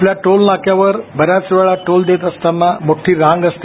आपल्या टोल नाक्यावर बऱ्याच वेळ टोल देताना मोठी रांग असते